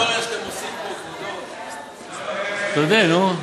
ההיסטוריה שאתם עושים פה, תודֶה, נו.